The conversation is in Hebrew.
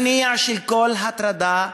המניע של כל הטרדה,